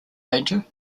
danger